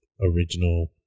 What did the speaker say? original